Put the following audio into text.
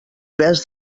pes